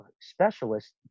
specialists